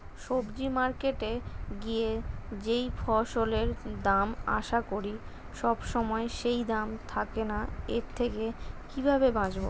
সবজি মার্কেটে গিয়ে যেই ফসলের দাম আশা করি সবসময় সেই দাম থাকে না এর থেকে কিভাবে বাঁচাবো?